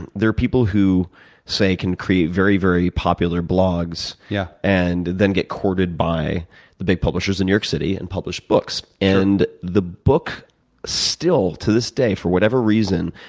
and there are people who say can create very, very popular blogs yeah and then get courted by the big publishers in new york city and publish books. and the book still, to this day, for whatever reason,